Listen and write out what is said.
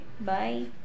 Bye